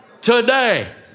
Today